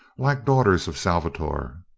like daughters of salvator.